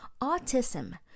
autism